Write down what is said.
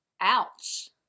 Ouch